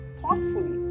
thoughtfully